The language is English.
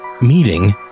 Meeting